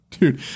Dude